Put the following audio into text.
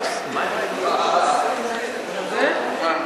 (בזק ושידורים) (תיקון,